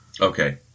Okay